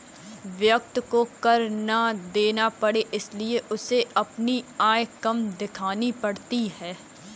व्यक्ति को कर ना देना पड़े इसलिए उसे अपनी आय कम दिखानी पड़ती है